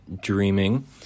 dreaming